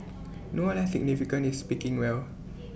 no less significant is speaking well